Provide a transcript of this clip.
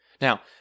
Now